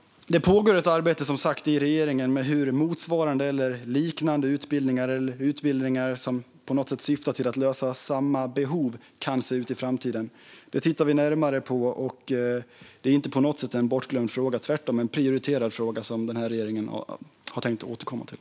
Det pågår som sagt ett arbete i regeringen med hur motsvarande eller liknande utbildningar, eller utbildningar som på något sätt syftar till att tillgodose samma behov, kan se ut i framtiden. Det tittar vi närmare på, och det är inte på något sätt en bortglömd fråga. Tvärtom är det en prioriterad fråga som denna regering har tänkt återkomma till.